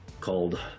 called